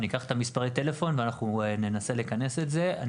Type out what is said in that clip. אני אקח את מספרי הטלפון, ואנחנו ננסה לכנס את זה.